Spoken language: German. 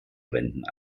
bränden